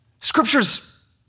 Scripture's